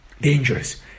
dangerous